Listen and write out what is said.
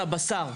שהולך להיסגר.